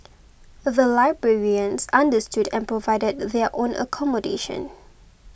the librarians understood and provided their own accommodation